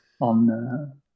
on